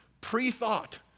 pre-thought